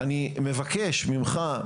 אני מבקש ממך,